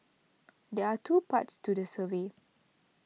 there are two parts to the survey